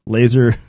Laser